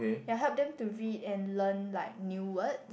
ya help them to read and learn like new words